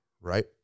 Right